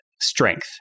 strength